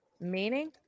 Meaning